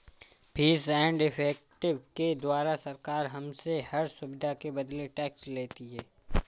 fees and effective के द्वारा सरकार हमसे हर सुविधा के बदले टैक्स लेती है